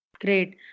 Great